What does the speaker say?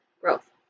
growth